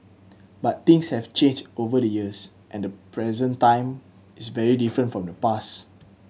but things have changed over the years and the present time is very different from the past